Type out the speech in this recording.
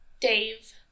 dave